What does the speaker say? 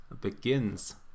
begins